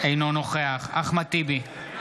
אינו נוכח אחמד טיבי,